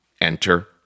enter